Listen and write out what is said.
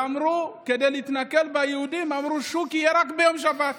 כדי להתנכל ליהודים אמרו ששוק יהיה רק ביום שבת.